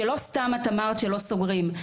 שלא סתם את אמרת שלא סוגרים.